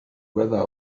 weather